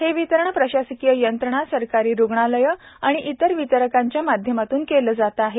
हे वितरण प्रशासकीय यंत्रणा सरकारी रुग्णालये आणि इतर वितरकांच्या माध्यमातून केले जात आहे